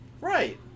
Right